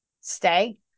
stay